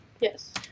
Yes